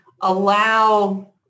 allow